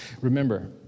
Remember